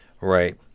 Right